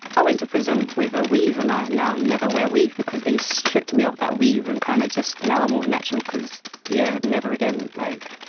i went to prison with a weave and i now never wear weave because they stripped me off that weave and kind of just. now i'm all natural cause yeah, never again. like,